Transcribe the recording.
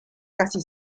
casi